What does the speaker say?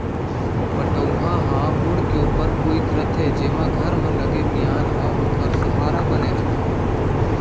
पटउहां ह मुंड़ के ऊपर कोइत रथे जेमा घर म लगे मियार ह ओखर सहारा बने रथे